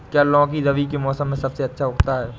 क्या लौकी रबी के मौसम में सबसे अच्छा उगता है?